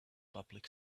public